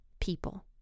people